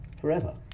forever